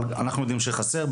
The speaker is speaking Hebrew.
אבל אנחנו יודעים שחסר,